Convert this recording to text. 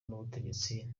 n’ubutegetsi